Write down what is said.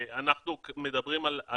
----- אני רוצה לומר שבישראל יש